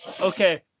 Okay